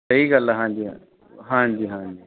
ਸਹੀ ਗੱਲ ਆ ਹਾਂਜੀ ਹਾਂਜੀ ਹਾਂਜੀ